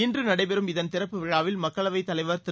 இன்று நடைபெறும் இதன் திறப்பு விழாவில் மக்களவைத் தலைவர் திரு